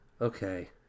okay